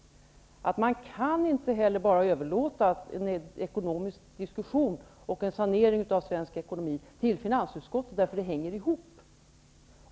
Man kan inte bara överlåta en ekonomisk diskussion och en sanering av svensk ekonomi till finansutskottet, eftersom detta hänger ihop.